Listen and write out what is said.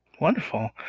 Wonderful